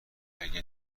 اگه